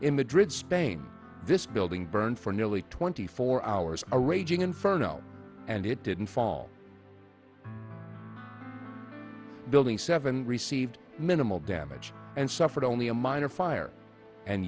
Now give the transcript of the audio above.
in madrid spain this building burned for nearly twenty four hours a raging inferno and it didn't fall building seven received minimal damage and suffered only a minor fire and